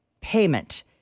payment